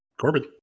Corbin